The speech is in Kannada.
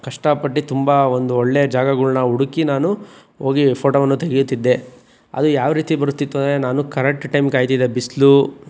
ಕಷ್ಟಪಟ್ಟು ತುಂಬ ಒಂದು ಒಳ್ಳೆ ಜಾಗಗಳನ್ನ ಹುಡುಕಿ ನಾನು ಹೋಗಿ ಫೋಟೊವನ್ನು ತೆಗೆಯುತ್ತಿದ್ದೆ ಅದು ಯಾವ ರೀತಿ ಬರುತ್ತಿತ್ತು ಅಂದರೆ ನಾನು ಕರೆಕ್ಟ್ ಟೈಮಿಗೆ ಕಾಯ್ತಿದ್ದೆ ಬಿಸಿಲು